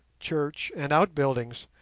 church, and outbuildings,